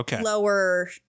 lower-